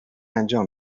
انجام